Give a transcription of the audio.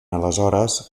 aleshores